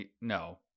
No